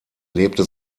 lebte